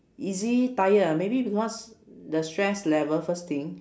easy tired ah maybe because the stress level first thing